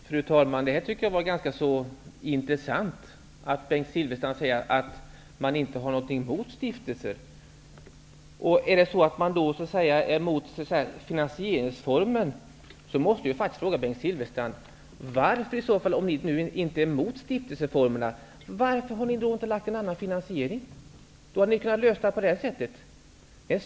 Fru talman! Det var ganska intressant att Bengt Silfverstrand sade att man inte har någonting emot stiftelser. Är det så att man vänder sig mot finansieringsformen, måste jag fråga Bengt Silfverstrand: Varför har ni inte då lagt fram förslag om en annan finansiering? Då hade det hela kunnat lösas.